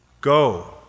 go